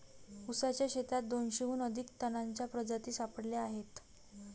ऊसाच्या शेतात दोनशेहून अधिक तणांच्या प्रजाती सापडल्या आहेत